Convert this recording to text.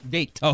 Date